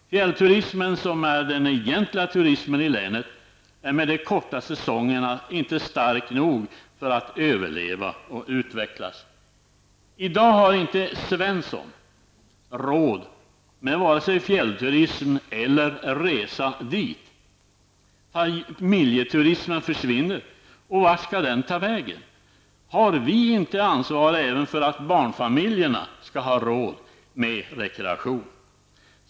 Fjällturismen, som är den egentliga turismen i länet, är med de korta säsongerna inte stark nog att utvecklas och överleva. I dag har inte Svensson råd med vare sig fjällturism eller resa dit. Familjeturismen försvinner. Vart skall den ta vägen? Har vi inte ansvar för att även barnfamiljer skall ha råd med rekreation?